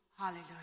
Hallelujah